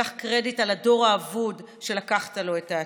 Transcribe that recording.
קח קרדיט על הדור האבוד שלקחת לו את העתיד.